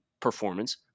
performance